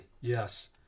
Yes